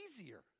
easier